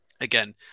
again